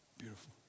Beautiful